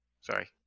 Sorry